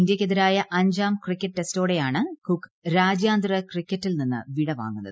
ഇന്ത്യയ്ക്കെതിരായ അഞ്ചാം ക്രിക്കറ്റ് ടെസ്റ്റോടെയാണ് കുക്ക് രാജ്യാന്ത്രി ക്രിക്കറ്റിൽ നിന്ന് വിടവാങ്ങുന്നത്